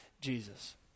Jesus